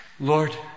Lord